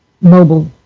mobile